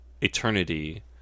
eternity